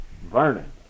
Vernon